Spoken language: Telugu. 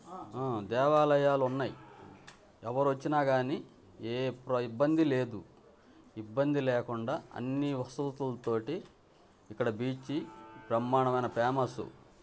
దేవాలయాలున్నాయి ఎవరొచ్చినా కానీ ఏ ఇబ్బందీ లేదు ఇబ్బంది లేకుండా అన్నీ వసతులతో ఇక్కడ బీచ్ బ్రహ్మాండమైన ఫేమస్